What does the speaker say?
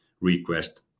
request